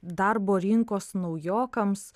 darbo rinkos naujokams